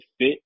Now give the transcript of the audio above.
fit